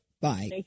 Bye